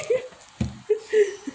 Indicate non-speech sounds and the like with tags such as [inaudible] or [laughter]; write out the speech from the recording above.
[laughs]